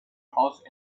house